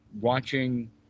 watching